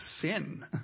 sin